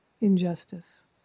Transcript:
injustice